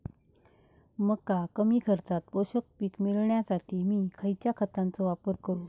मका कमी खर्चात पोषक पीक मिळण्यासाठी मी खैयच्या खतांचो वापर करू?